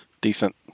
decent